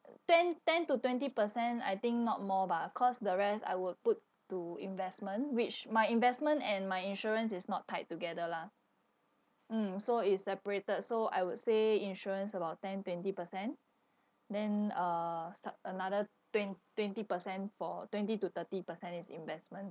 ten ten to twenty percent I think not more bah cause the rest I would put to investment which my investment and my insurance is not tied together lah mm so is separated so I would say insurance about ten twenty percent then uh sub~ another twen~ twenty percent for twenty to thirty percent is investment